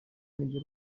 nibyo